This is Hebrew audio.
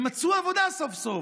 והן מצאו עבודה סוף-סוף,